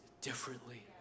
differently